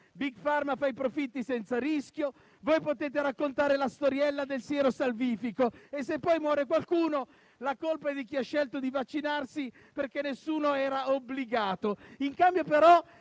Big Pharma fa i profitti senza rischio, voi potete raccontare la storiella del siero salvifico e, se poi muore qualcuno, la colpa è di chi ha scelto di vaccinarsi perché nessuno era obbligato.